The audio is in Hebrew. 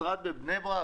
משרד בבני ברק,